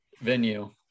venue